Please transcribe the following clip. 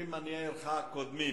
אומרים עניי עירך קודמים.